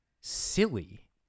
silly